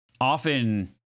often